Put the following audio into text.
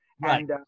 Right